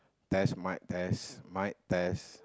test mic test mic test